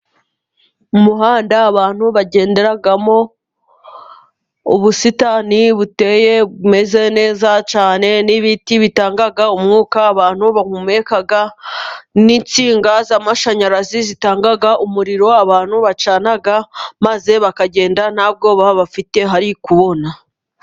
Mu muhanda abantu bagendaderamo, ubusitani buteye bumeze neza cyane, n'ibiti bitanga umwuka abantu bahumeka, n'intsinga z'amashanyarazi zitanga umuriro abantu bacana, maze bakagenda nta bwoba bafite hari kubona.